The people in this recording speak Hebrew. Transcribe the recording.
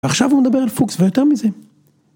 עכשיו הוא מדבר על פוקס ויותר מזה.